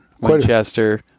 Winchester